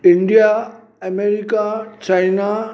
India America China